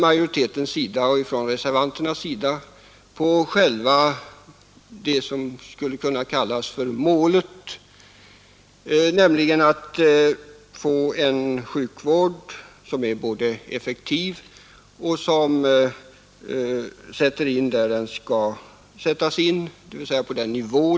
Majoritetens och reservanternas uppfattningar skiljer sig inte i fråga om målsättningen, nämligen en effektiv sjukvård, som skall sättas in på rätt nivå.